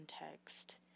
context